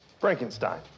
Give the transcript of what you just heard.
Frankenstein